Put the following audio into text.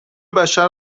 بشر